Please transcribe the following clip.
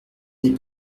n’est